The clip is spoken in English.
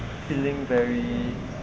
feeling very